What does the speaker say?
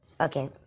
Okay